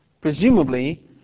presumably